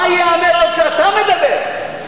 מה ייאמר על כשאתה מדבר?